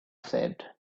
said